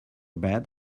bed